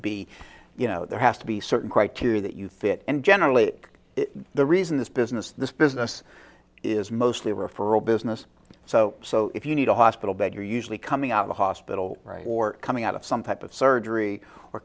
be you know there has to be certain criteria that you fit and generally the reason this business this business is mostly referral business so so if you need a hospital bed you're usually coming out of the hospital right or coming out of some type of surgery